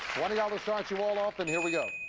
twenty dollars starts you all off, and here we go.